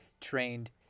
trained